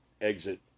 exit